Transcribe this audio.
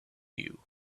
you